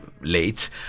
late